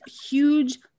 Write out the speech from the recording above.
huge